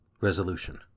Resolution